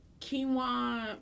quinoa